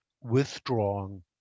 withdrawing